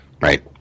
Right